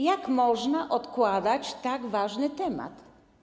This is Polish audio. Jak można odkładać tak ważny temat?